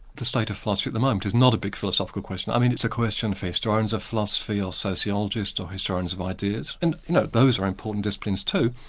the state of philosophy at the moment is not a big philosophical question, i mean it's a question for historians of philosophy, or sociologists or historians of ideas, and you know those are important disciplines too,